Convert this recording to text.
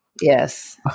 Yes